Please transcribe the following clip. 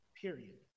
period